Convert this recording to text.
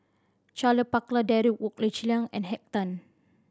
Charle Paglar Derek Wong Zi Liang and Henn Tan